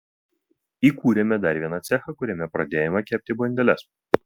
įkūrėme dar vieną cechą kuriame pradėjome kepti bandeles